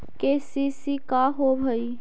KCC का होव हइ?